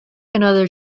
another